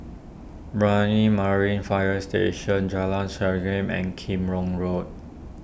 Brani Marine Fire Station Jalan Serengam and Kim Road